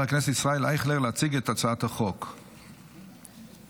אני קובע כי הצעת החוק לתיקון